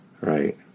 right